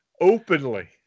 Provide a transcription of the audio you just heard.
openly